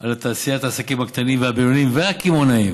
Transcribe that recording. על תעשיית העסקים הקטנים והבינוניים והקמעונאים.